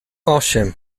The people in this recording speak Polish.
osiem